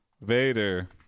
Vader